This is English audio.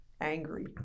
angry